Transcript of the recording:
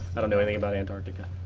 i don't know anything about antarctica.